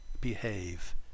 behave